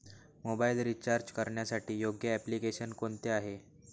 Mobile recharge करण्यासाठी योग्य application कोणते आहे?